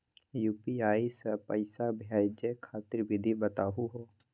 UPI स पैसा भेजै खातिर विधि बताहु हो?